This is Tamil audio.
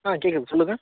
ஆ கேட்குது சொல்லுங்கள்